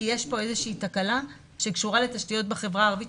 כי יש פה איזה תקלה שקשורה לתשתיות בחברה הערבית,